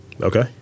Okay